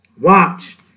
Watch